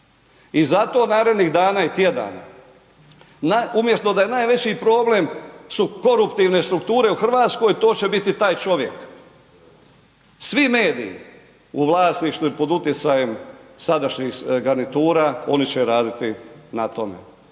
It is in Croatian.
I zato narednih dana i tjedana umjesto da je najveći problem su koruptivne strukture u Hrvatskoj, to će biti taj čovjek. Svi mediji u vlasništvu ili pod utjecajem sadašnjih garnitura, oni će raditi na tome.